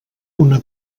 una